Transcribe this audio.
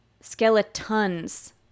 Skeletons